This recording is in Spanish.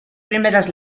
primeras